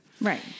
Right